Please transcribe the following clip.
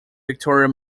victoria